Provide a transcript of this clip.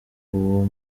uwo